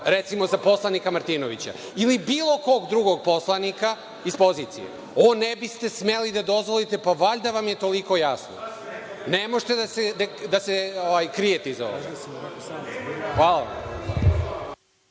recimo, za poslanika Martinovića ili bilo kog drugog poslanika iz pozicije. Ovo ne biste smeli da dozvolite, pa valjda vam je toliko jasno. Ne možete da se krijete iza ovoga. Hvala.